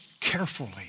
carefully